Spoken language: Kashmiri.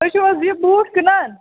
تُہۍ چھُو حظ یہِ بوٗٹ کٕنان